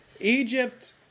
Egypt